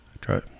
try